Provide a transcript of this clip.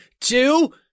two